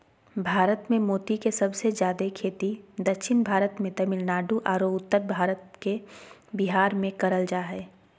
भारत मे मोती के सबसे जादे खेती दक्षिण भारत मे तमिलनाडु आरो उत्तर भारत के बिहार मे करल जा हय